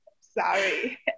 Sorry